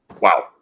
Wow